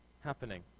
happening